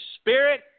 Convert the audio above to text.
spirit